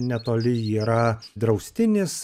netoli yra draustinis